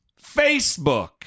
Facebook